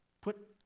Put